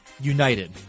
United